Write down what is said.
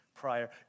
prior